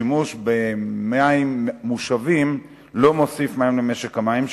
ששימוש במים מושבים לא מוסיף מים למשק המים,